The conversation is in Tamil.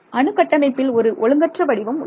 அணு கட்டமைப்பில் ஒரு ஒழுங்கற்ற வடிவம் உள்ளது